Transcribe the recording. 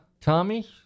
Tommy